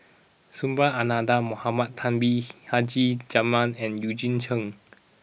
Subhas Anandan Mohamed Taha Haji Jamil and Eugene Chen